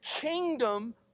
kingdom